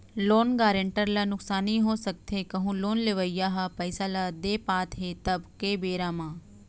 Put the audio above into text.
loan guarantor ल नुकसानी हो सकथे कहूँ लोन लेवइया ह पइसा नइ दे पात हे तब के बेरा म